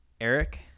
Eric